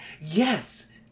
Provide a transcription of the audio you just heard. Yes